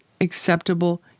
acceptable